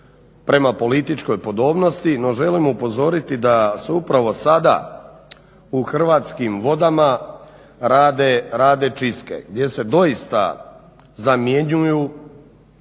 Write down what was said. prema političkoj podobnosti. No, želimo upozoriti da se upravo sada u Hrvatskim vodama rade čistke, jer se doista zamjenjuju,